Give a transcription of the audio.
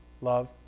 Love